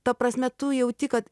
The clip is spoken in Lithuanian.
ta prasme tu jauti kad